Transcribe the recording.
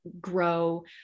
grow